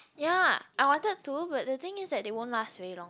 ya I wanted to but the thing is that they won't last very long